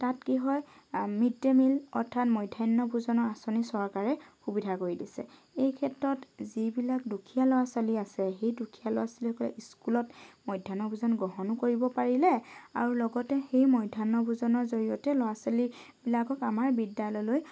তাত কি হয় মিড ডে ম্যিল অৰ্থাৎ মধ্যাহ্ন ভোজনৰ আচঁনি চৰকাৰে সুবিধা কৰি দিছে এই ক্ষেত্ৰত যিবিলাক দুখীয়া ল'ৰা ছোৱালী আছে সেই দুখীয়া লৰা ছোৱালীবোৰে স্কুলত মধ্যাহ্ন ভোজনো গ্ৰহণো কৰিব পাৰিলে আৰু লগতে সেই মধ্যাহ্ন ভোজনৰ জৰিয়তে ল'ৰা ছোৱালীবিলাকক আমাৰ বিদ্যালয়লৈ